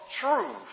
truth